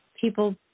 people